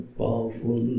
powerful